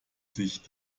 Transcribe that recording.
sich